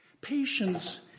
Patience